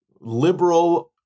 liberal